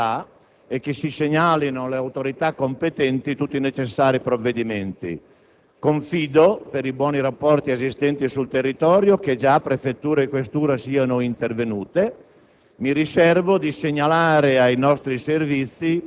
credo sia giusto che lei le esprima la nostra solidarietà e che si segnalino alle autorità competenti tutti i necessari provvedimenti. Confido, per i buoni rapporti esistenti sul territorio, che già prefettura e questura siano intervenute;